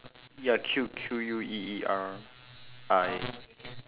ya Q Q U E E R eye